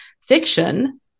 Fiction